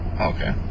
Okay